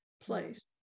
place